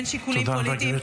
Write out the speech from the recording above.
אין שיקולים פוליטיים.